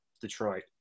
Detroit